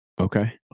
Okay